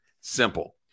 simple